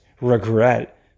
regret